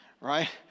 right